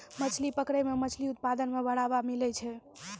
मछली पकड़ै मे मछली उत्पादन मे बड़ावा मिलै छै